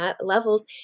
levels